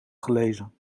gelezen